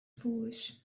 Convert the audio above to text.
foolish